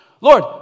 Lord